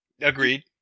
Agreed